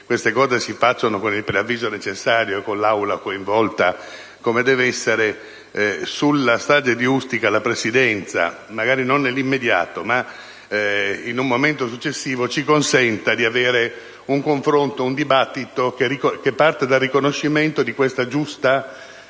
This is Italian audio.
certe cose si facciano con il preavviso necessario e con un coinvolgimento dell'Aula, come deve essere), che sulla strage di Ustica la Presidenza, magari non nell'immediato, ma in un momento successivo, ci consenta di svolgere un confronto, un dibattito che parta dal riconoscimento di questa giusta